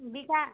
ବିକା